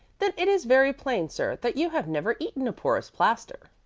then it is very plain, sir, that you have never eaten a porous plaster.